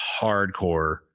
hardcore